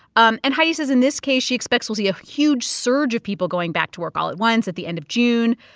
um and heidi says in this case, she expects will see a huge surge of people going back to work all at once at the end of june,